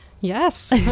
Yes